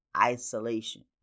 isolation